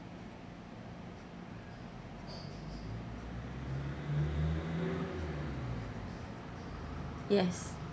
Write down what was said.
yes